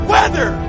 Weather